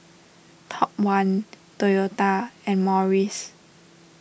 Top one Toyota and Morries